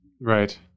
Right